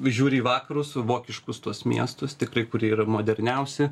žiūri į vakarus vokiškus tuos miestus tikrai kurie yra moderniausi